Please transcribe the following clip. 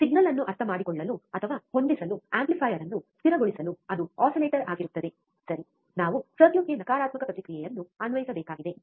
signal ಅನ್ನು ಅರ್ಥಮಾಡಿಕೊಳ್ಳಲು ಅಥವಾ ಹೊಂದಿಸಲು ಆಂಪ್ಲಿಫೈಯರ್ ಅನ್ನು ಸ್ಥಿರಗೊಳಿಸಲು ಇದು ಆಸಿಲೇಟರ್ ಆಗಿರುತ್ತದೆ ಸರಿ ನಾವು ಸರ್ಕ್ಯೂಟ್ಗೆ ನಕಾರಾತ್ಮಕ ಪ್ರತಿಕ್ರಿಯೆಯನ್ನು ಅನ್ವಯಿಸಬೇಕಾಗಿದೆ